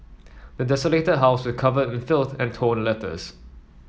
the desolated house was covered in filth and torn letters